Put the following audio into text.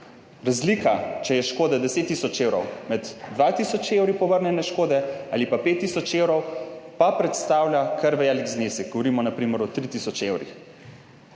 Razlika, če je škoda 10 tisoč evrov med 2 tisoč evri povrnjene škode ali pa 5 tisoč evrov, pa predstavlja kar velik znesek, govorimo na primer o 3 tisoč evrih.